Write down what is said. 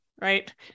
right